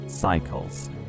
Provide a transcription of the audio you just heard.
Cycles